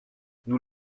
nous